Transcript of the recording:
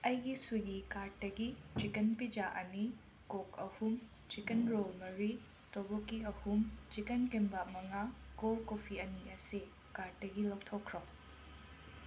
ꯑꯩꯒꯤ ꯁ꯭ꯋꯤꯒꯤ ꯀꯥꯔꯠꯇꯒꯤ ꯆꯤꯀꯟ ꯄꯤꯖꯥ ꯑꯅꯤ ꯀꯣꯛ ꯑꯍꯨꯝ ꯆꯤꯀꯟ ꯔꯣꯜ ꯃꯔꯤ ꯇꯣꯕꯣꯀꯤ ꯑꯍꯨꯝ ꯆꯤꯀꯟ ꯀꯤꯝꯕꯥꯞ ꯃꯉꯥ ꯀꯣꯜ ꯀꯣꯐꯤ ꯑꯅꯤ ꯑꯁꯤ ꯀꯥꯔꯠꯇꯒꯤ ꯂꯧꯊꯣꯛꯈ꯭ꯔꯣ